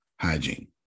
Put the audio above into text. hygiene